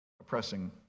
oppressing